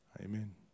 Amen